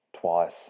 twice